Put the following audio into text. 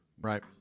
Right